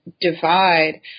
divide